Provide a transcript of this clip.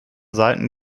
seiten